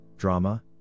drama